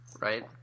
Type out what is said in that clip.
right